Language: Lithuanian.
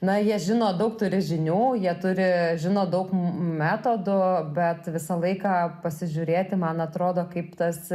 na jie žino daug turi žinių jie turi žino daug metodų bet visą laiką pasižiūrėti man atrodo kaip tas